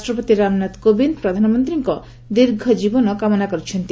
ରାଷ୍ଟ୍ରପତି ରାମନାଥ କୋବିନ୍ଦ୍ ପ୍ରଧାନମନ୍ତ୍ରୀଙ୍କ ଦୀର୍ଘଜୀବନ କାମନା କରିଛନ୍ତି